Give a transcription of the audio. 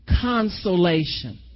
consolation